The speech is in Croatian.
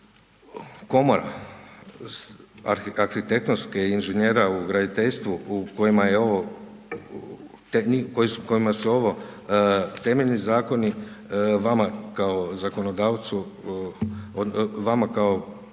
Komora, arhitektonske, inženjera u graditeljstvu, kojima je ovo, kojima se ovo temeljni zakoni, vama kao zakonodavcu, vama kao